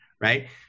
Right